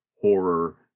horror